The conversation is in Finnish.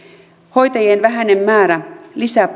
hoitajien vähäinen määrä paitsi lisää